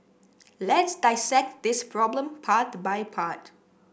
let's dissect this problem part by part